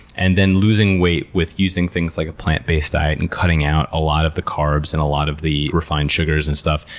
and losing weight with using things like a plant-based diet, and cutting out a lot of the carbs, and a lot of the refined sugars and stuff,